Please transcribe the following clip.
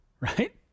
right